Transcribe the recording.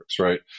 right